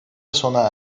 sona